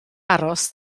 aros